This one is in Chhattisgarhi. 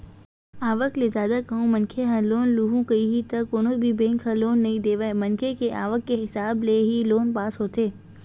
आवक ले जादा कहूं मनखे ह लोन लुहूं कइही त कोनो भी बेंक ह लोन नइ देवय मनखे के आवक के हिसाब ले ही लोन पास होथे